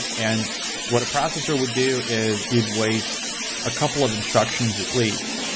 and what a processor would do is you'd waste a couple of instructions, at least,